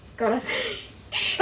kau rasa